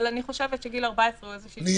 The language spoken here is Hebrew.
-- אבל אני חושבת שגיל 14 הוא --- יש